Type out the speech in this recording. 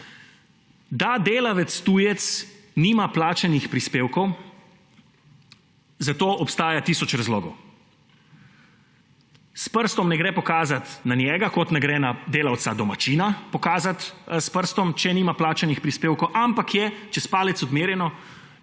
Da delavec tujec nima plačanih prispevkov, za to obstaja tisoč razlogov. S prstom ne gre kazati na njega, kot ne gre kazati s prstom na delavca domačina, če nima plačanih prispevkov, ampak je, čez palec odmerjeno,